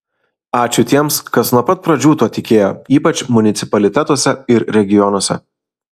ačiū tiems kas nuo pat pradžių tuo tikėjo ypač municipalitetuose ir regionuose